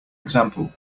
example